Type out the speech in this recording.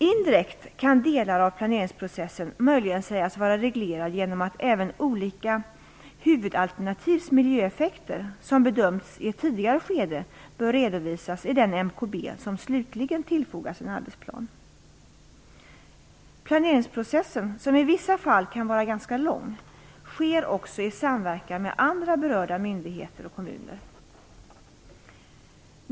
Indirekt kan delar av planeringsprocessen möjligen sägas vara reglerade genom att även miljöeffekterna av de olika huvudalternativ som bedömts i ett tidigare skede bör redovisas i den MKB som slutligen fogas till en arbetsplan. Planeringsprocessen, som i vissa fall kan vara ganska lång, sker också i samverkan med andra berörda myndigheter och kommuner.